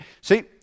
see